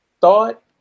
thought